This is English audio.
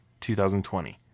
2020